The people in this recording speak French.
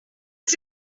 est